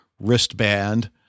wristband